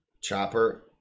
Chopper